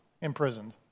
imprisoned